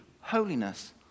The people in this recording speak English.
holiness